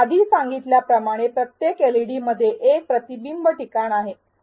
आधी सांगितल्या प्रमाणे प्रत्येक एलईडी मध्ये एक प्रतिबिंब ठिकाण असेल